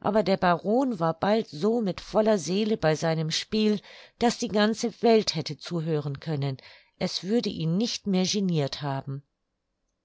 aber der baron war bald so mit voller seele bei seinem spiel daß die ganze welt hätte zuhören können es würde ihn nicht mehr genirt haben